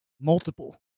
Multiple